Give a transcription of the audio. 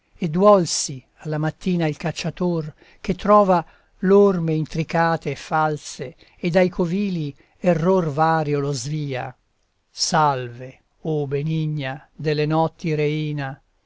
e duolsi alla mattina il cacciator che trova l'orme intricate e false e dai covili error vario lo svia salve o benigna delle notti reina